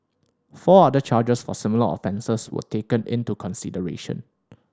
four other charges for similar offences were taken into consideration